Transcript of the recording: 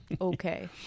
okay